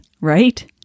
right